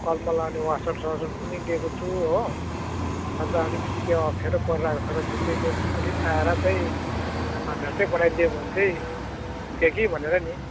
कलमा लाउने वासर सासर पनि ल्याएको छु हो अन्त अलिकति त्यो अप्ठ्यारो परिरहेको छ र त्यो चाहिँ लु अलिक आएर चाहिँ झट्टै बनाइदियो भने चाहिँ हुन्थ्यो कि भनेर नि